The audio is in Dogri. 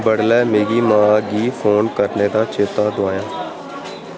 बड्डलै मिगी मां गी फोन करने दा चेता दुआयां